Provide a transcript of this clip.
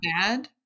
bad